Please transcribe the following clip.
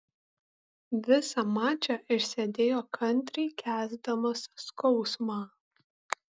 visą mačą išsėdėjo kantriai kęsdamas skausmą